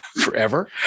Forever